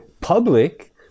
public